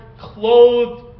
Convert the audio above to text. clothed